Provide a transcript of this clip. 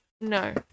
No